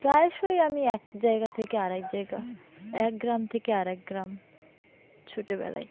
প্রায়শই আমি এক জায়গা থেকে আরেক জায়গা এক গ্রাম থেকে আরেক গ্রাম ছুটেবেলায়